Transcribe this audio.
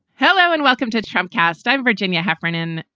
hello and welcome to trump cast. i'm virginia heffernan.